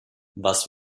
was